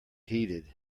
heeded